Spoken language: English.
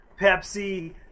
Pepsi